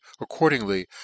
accordingly